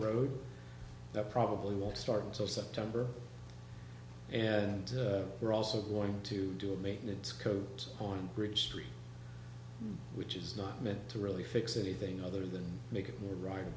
road that probably won't start until september and we're also going to do a maintenance coat on bridge street which is not meant to really fix anything other than make it the ri